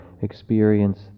experience